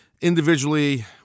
individually